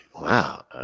Wow